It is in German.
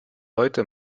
heute